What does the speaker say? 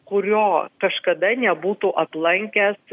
kurio kažkada nebūtų aplankęs